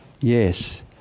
Yes